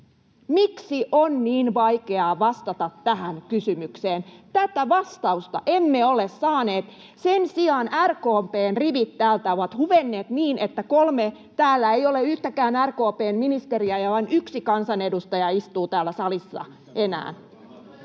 Miksi on niin vaikeaa vastata tähän kysymykseen? Tätä vastausta emme ole saaneet. Sen sijaan RKP:n rivit täältä ovat huvenneet niin, että kolme... Täällä ei ole yhtäkään RKP:n ministeriä ja vain yksi kansanedustaja istuu täällä salissa enää.